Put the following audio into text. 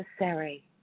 necessary